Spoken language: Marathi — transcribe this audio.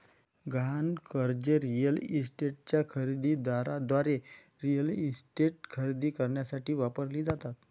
गहाण कर्जे रिअल इस्टेटच्या खरेदी दाराद्वारे रिअल इस्टेट खरेदी करण्यासाठी वापरली जातात